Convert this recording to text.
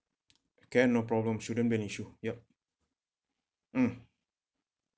can no problem shouldn't be an issue yup mm